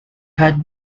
had